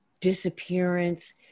disappearance